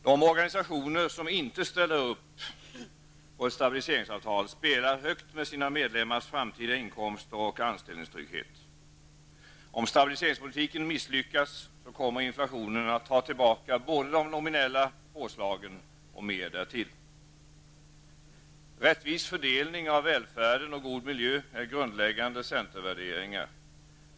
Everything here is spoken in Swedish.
De organisationer som inte ställer upp på ett stabiliseringsavtal spelar högt med sina medlemmars framtida inkomster och anställningstrygghet. Om stabiliseringspolitiken misslyckas kommer inflationen att ta tillbaka både de nominella påslagen och mer därtill. Rättvis fördelning av välfärden och god miljö är grundläggande centervärderingar.